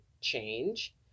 change